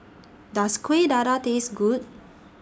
Does Kuih Dadar Taste Good